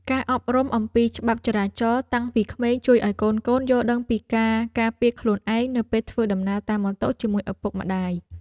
ការអប់រំអំពីច្បាប់ចរាចរណ៍តាំងពីក្មេងជួយឱ្យកូនៗយល់ដឹងពីការការពារខ្លួនឯងនៅពេលធ្វើដំណើរតាមម៉ូតូជាមួយឪពុកម្តាយ។